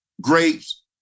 grapes